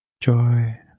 joy